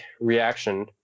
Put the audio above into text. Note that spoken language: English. reaction